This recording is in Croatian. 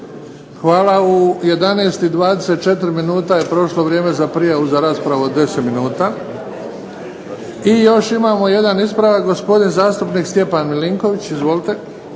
Hvala. U 11,24 je prošlo vrijeme za prijavu za raspravu od 10 minuta. I još imamo jedan ispravak gospodin zastupnik Stjepan Milinković. Izvolite.